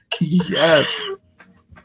yes